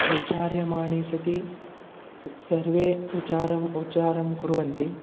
विचार्यमाणे सति सर्वं विचारम् उच्चारं कुर्वन्ति